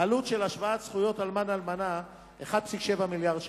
העלות של השוואת זכויות אלמן ואלמנה היא 1.7 מיליארד שקל.